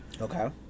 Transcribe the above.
Okay